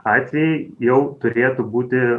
atvejai jau turėtų būti